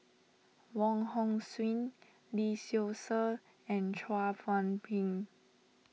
Wong Hong Suen Lee Seow Ser and Chua Phung Kim